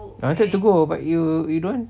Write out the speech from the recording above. I wanted to go but you you don't